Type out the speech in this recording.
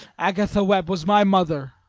agatha webb was my mother.